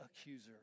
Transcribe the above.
accuser